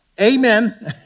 Amen